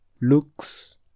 Looks